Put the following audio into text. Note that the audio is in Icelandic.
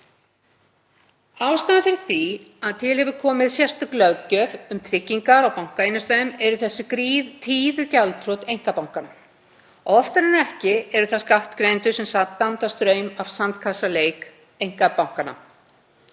Ástæðan fyrir því að til hefur komið sérstök löggjöf um tryggingar á bankainnstæðum eru þessi tíðu gjaldþrot einkabankanna. Oftar en ekki eru það skattgreiðendur sem standa straum af sandkassaleik einkabankanna.